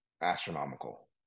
astronomical